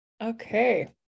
Okay